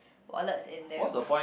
wallets in them